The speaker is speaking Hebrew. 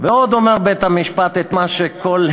עוד אומר בית-המשפט את מה שכל,